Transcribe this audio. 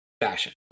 fashion